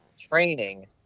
training